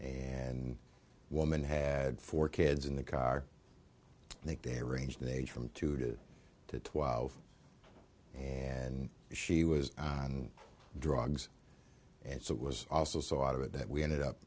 and woman had four kids in the car i think they're ranged in age from two to twelve and she was on drugs and so it was also so out of it that we ended up